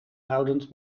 houdend